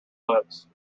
lips